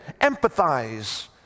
empathize